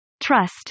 Trust